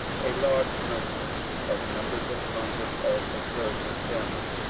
a large number of members of congress also heard this sermon,